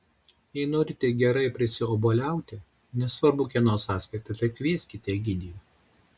jei norite gerai prisiobuoliauti nesvarbu kieno sąskaita tai kvieskit egidijų